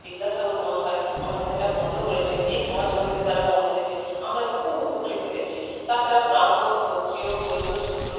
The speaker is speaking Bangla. বিদ্যাসাগর মহাশয় আমাদের সেটা বন্ধ করেছেন এই সমাজ কর্মীদের দ্বারা বন্ধ হয়েছে আমরা তো খুব উপকৃত হয়েছি তাছাড়া ব্রাহ্মণ ক্ষত্রিয় বৈশ্য শুদ্র